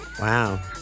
Wow